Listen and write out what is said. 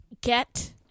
Get